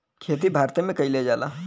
खेती भारते मे कइल जाला